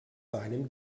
seinem